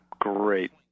great